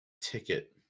Ticket